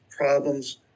problems